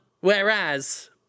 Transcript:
Whereas